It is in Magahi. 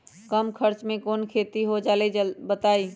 कम खर्च म कौन खेती हो जलई बताई?